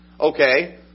Okay